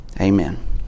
Amen